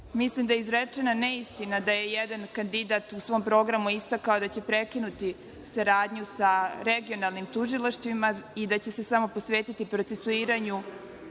mislim da je izrečena neistina da je jedan kandidat u svom programu istakao da će prekinuti saradnju sa regionalnim tužilaštvima i da će se samo posvetiti procesuiranju